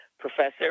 professor